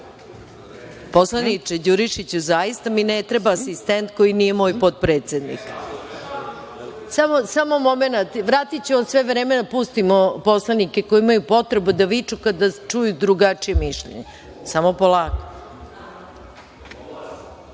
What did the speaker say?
hoće.)Poslaniče Đurišiću, zaista mi ne treba asistent koji nije moj potpredsednik. Samo momenat, vratiću vam vreme, samo da pustimo poslanike koji imaju potrebu da viču kada čuju drugačije mišljenje. Samo polako.(Marko